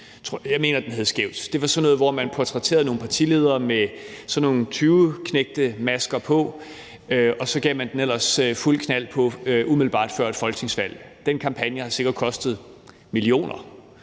det mener jeg den hed. Det var sådan noget, hvor man portrætterede nogle partiledere med sådan nogle tyveknægtemasker på, og så gav man den ellers fuldt knald på umiddelbart før et folketingsvalg. Den kampagne har sikkert kostet millioner